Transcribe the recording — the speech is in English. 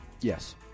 Yes